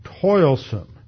toilsome